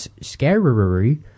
scary